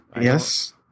Yes